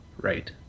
right